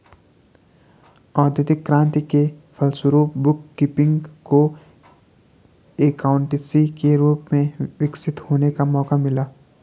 औद्योगिक क्रांति के फलस्वरूप बुक कीपिंग को एकाउंटेंसी के रूप में विकसित होने का मौका मिला